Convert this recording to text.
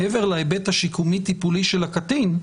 מעבר להיבט השיקומי-טיפולי של הקטין,